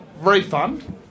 refund